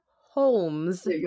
Holmes